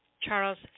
Charles